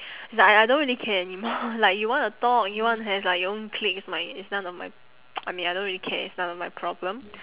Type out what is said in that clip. it's like I I don't really care anymore like you want to talk you want to have like your own clique it's my it's none of my I mean I don't really care it's none of my problem